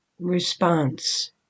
response